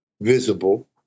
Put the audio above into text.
visible